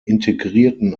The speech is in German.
integrierten